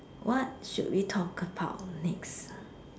what should we talk about next